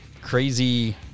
Crazy